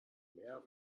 mär